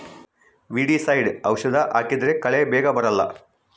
weedicide ಔಷಧಿ ಹಾಕಿದ್ರೆ ಕಳೆ ಬೇಗ ಬರಲ್ಲ